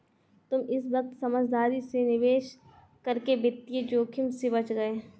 तुम इस वक्त समझदारी से निवेश करके वित्तीय जोखिम से बच गए